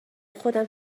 خودم